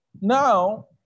Now